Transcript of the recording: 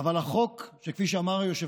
אבל החוק יחזור, כפי שאמר היושב-ראש.